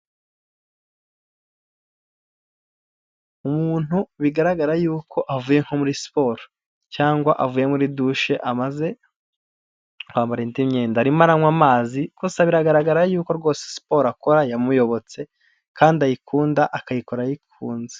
Umuntu bigaragara yuko avuye muri siporo cyangwa avuye muri dushe amaze kwambara indi myenda arimo aranywa amazi, igusa biragaragara yuko rwose siporo akora yamuyobotse kandi ayikunda akayikora ayikunze.